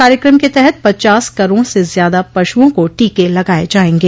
कार्यक्रम के तहत पचास करोड़ से ज्यादा पशुओं को टीके लगाए जाएंगे